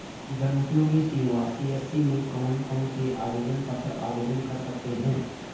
जनउपयोगी सेवा सी.एस.सी में कौन कौनसे आवेदन पत्र आवेदन कर सकते हैं?